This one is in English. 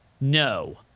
No